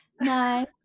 nine